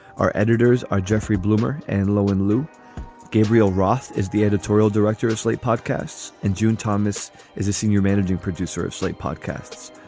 our editors are jeffrey bloomer and lo and luke gabriel roth is the editorial director of slate podcasts and june thomas is a senior managing producer of slate podcasts.